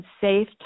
safe